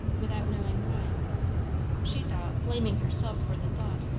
without knowing why she thought, blaming herself for the thought,